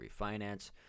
refinance